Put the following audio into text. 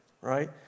Right